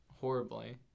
horribly